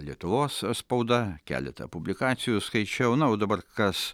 lietuvos spauda keletą publikacijų skaičiau na o dabar kas